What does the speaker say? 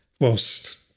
whilst